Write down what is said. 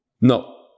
No